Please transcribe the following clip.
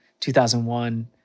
2001